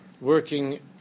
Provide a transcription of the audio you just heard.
working